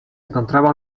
encontraba